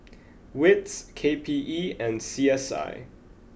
Wits K P E and C S I